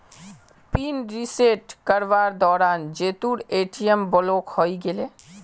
pin reset करवार दौरान जीतूर ए.टी.एम ब्लॉक हइ गेले